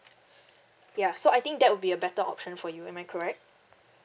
ya so I think that would be a better option for you am I correct